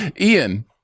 Ian